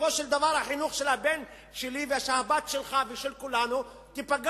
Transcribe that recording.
בסופו של דבר החינוך של הבן שלי ושל הבת שלך ושל כולנו ייפגע.